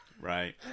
Right